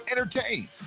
entertain